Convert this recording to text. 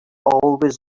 always